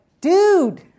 dude